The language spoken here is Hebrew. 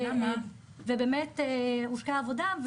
ובאמת הושקעה העבודה,